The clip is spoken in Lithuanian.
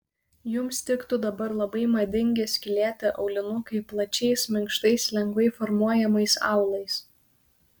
jums tiktų dabar labai madingi skylėti aulinukai plačiais minkštais lengvai formuojamais aulais